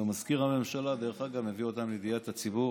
ומזכיר הממשלה, דרך אגב, מביא אותן לידיעת הציבור.